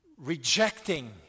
Rejecting